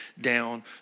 down